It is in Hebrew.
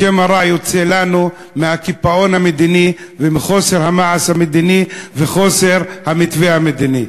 השם הרע יוצא לנו מהקיפאון המדיני ומחוסר המעש המדיני במתווה המדיני.